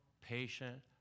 patient